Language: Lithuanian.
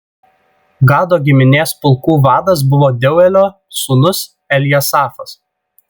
gado giminės pulkų vadas buvo deuelio sūnus eljasafas